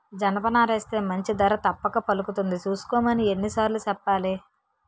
జనపనారేస్తే మంచి ధర తప్పక పలుకుతుంది సూసుకోమని ఎన్ని సార్లు సెప్పాలి?